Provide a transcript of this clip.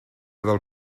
del